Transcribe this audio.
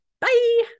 Bye